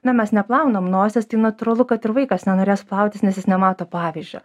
na mes neplaunam nosies tai natūralu kad ir vaikas nenorės plautis nes jis nemato pavyzdžio